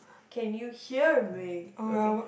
can you hear me okay